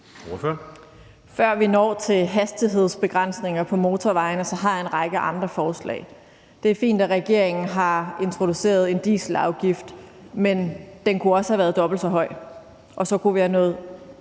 Før vi når til hastighedsbegrænsninger på motorvejene, har jeg en række andre forslag. Det er fint, at regeringen har introduceret en dieselafgift, men den kunne også have været dobbelt så høj, og så kunne vi være nået